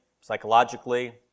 psychologically